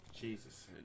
Jesus